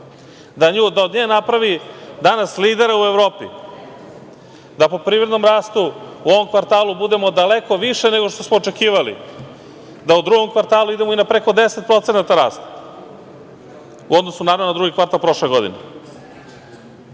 da od nje napravi danas lidera u Evropi, da po privrednom rastu u ovom kvartalu budemo daleko više nego što smo očekivali, da u drugom kvartalu idemo i na preko 10% rasta u odnosu na drugi kvartal prošle godine.